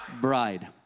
bride